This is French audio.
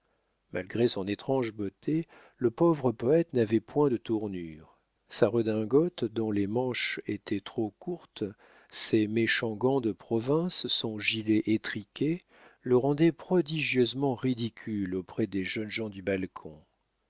malgré son étrange beauté le pauvre poète n'avait point de tournure sa redingote dont les manches étaient trop courtes ses méchants gants de province son gilet étriqué le rendaient prodigieusement ridicule auprès des jeunes gens du balcon